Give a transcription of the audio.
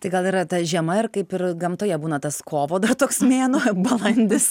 tai gal yra ta žiema kaip ir gamtoje būna tas kovo dar toks mėnuo balandis